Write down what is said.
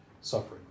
suffering